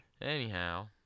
anyhow